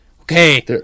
Okay